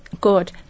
good